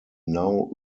now